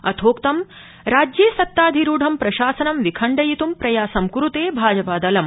अथोक्तं राज्ये सत्ताधिरूढं प्रशासनं विखण्डयित्ं प्रयासं क्रूते भाजपादलम्